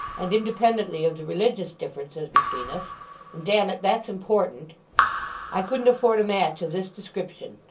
and independently of the religious differences between us and damn it, that's important i couldn't afford a match of this description.